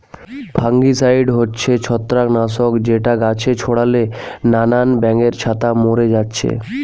fungicide হচ্ছে ছত্রাক নাশক যেটা গাছে ছোড়ালে নানান ব্যাঙের ছাতা মোরে যাচ্ছে